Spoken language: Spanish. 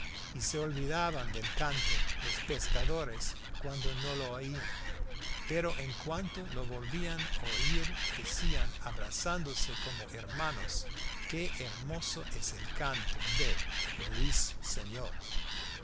y se olvidaban del canto los pescadores cuando no lo oían pero en cuanto lo volvían a oír decían abrazándose como hermanos qué hermoso es el canto del ruiseñor